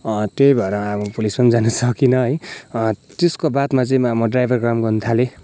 त्यही भएर अब पुलिसमा पनि जानु सकिनँ है त्यसको बादमा चाहिँ मा म ड्राइभर काम गर्नु थालेँ